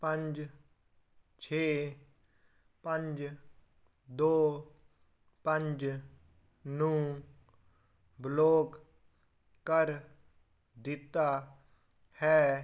ਪੰਜ ਛੇ ਪੰਜ ਦੋ ਪੰਜ ਨੂੰ ਬਲੌਕ ਕਰ ਦਿੱਤਾ ਹੈ